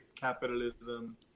capitalism